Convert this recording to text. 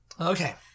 Okay